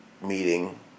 meeting